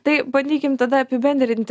tai bandykim tada apibendrinti